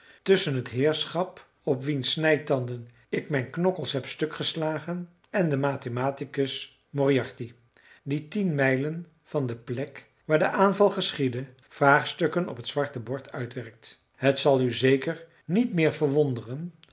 tusschen het heerschap op wiens snijtanden ik mijn knokkels heb stuk geslagen en den mathematicus moriarty die tien mijlen van de plek waar de aanval geschiedde vraagstukken op het zwarte bord uitwerkt het zal u zeker niet meer verwonderen